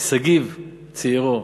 שגיב צעירו,